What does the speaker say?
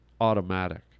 automatic